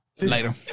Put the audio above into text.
Later